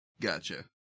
Gotcha